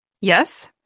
Yes